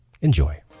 Enjoy